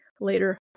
later